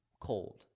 cold